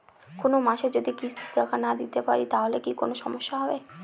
কোনমাসে যদি কিস্তির টাকা না দিতে পারি তাহলে কি কোন সমস্যা হবে?